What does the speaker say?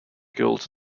guilds